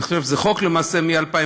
אני חושב שזה חוק למעשה מ-2011,